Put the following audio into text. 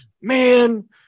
man